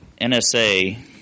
NSA